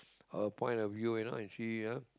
a point of view you know and see ah